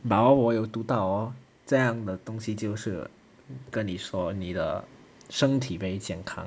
but hor 我有读到 hor 这样的东西就是跟你说你的身体 very 健康